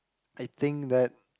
I think that